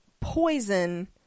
poison